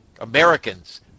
Americans